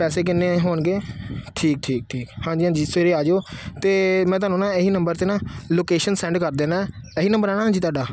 ਪੈਸੇ ਕਿੰਨੇ ਹੋਣਗੇ ਠੀਕ ਠੀਕ ਠੀਕ ਹਾਂਜੀ ਹਾਂਜੀ ਸਵੇਰੇ ਆ ਜਿਓ ਅਤੇ ਮੈਂ ਤੁਹਾਨੂੰ ਨਾ ਇਹੀ ਨੰਬਰ 'ਤੇ ਨਾ ਲੋਕੇਸ਼ਨ ਸੈਂਡ ਕਰ ਦਿੰਦਾ ਇਹੀ ਨੰਬਰ ਆ ਨਾ ਜੀ ਤੁਹਾਡਾ